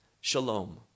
Shalom